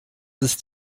ist